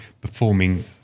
performing